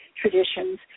traditions